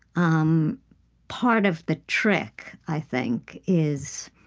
um part of the trick, i think, is